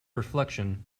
reflection